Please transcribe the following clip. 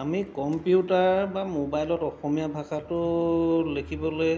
আমি কম্পিউটাৰ বা মোবাইলত অসমীয়া ভাষাটো লিখিবলৈ